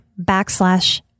backslash